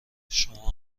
شما